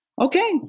Okay